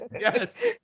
yes